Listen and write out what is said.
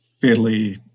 fairly